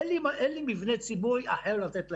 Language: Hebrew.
אין לי מבנה ציבורי אחר לתת להם.